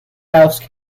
house